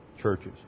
churches